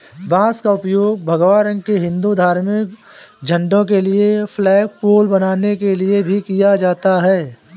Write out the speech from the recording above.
बांस का उपयोग भगवा रंग के हिंदू धार्मिक झंडों के लिए फ्लैगपोल बनाने के लिए भी किया जाता है